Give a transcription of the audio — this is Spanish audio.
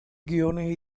guiones